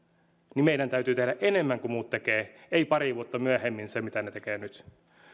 niin meidän täytyy tehdä enemmän kuin muut tekevät ei pari vuotta myöhemmin sitä mitä ne tekevät nyt